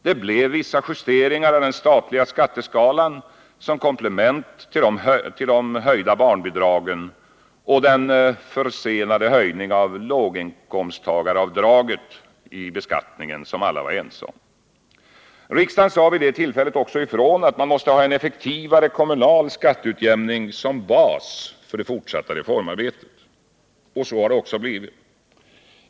Det blev vissa justeringar av den statliga skatteskalan som komplement till de höjda barnbidragen och den försenade höjning av låginkomsttagaravdraget i beskattningen som alla var ense om. Riksdagen sade vid det tillfället också ifrån att man måste ha en effektivare kommunal skatteutjämning som bas för det fortsatta reformarbetet. Så har det också blivit.